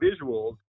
visuals